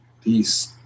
peace